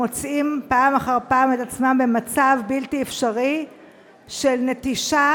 הם מוצאים את עצמם פעם אחר פעם במצב בלתי אפשרי של נטישה